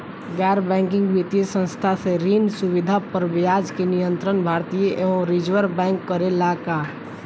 गैर बैंकिंग वित्तीय संस्था से ऋण सुविधा पर ब्याज के नियंत्रण भारती य रिजर्व बैंक करे ला का?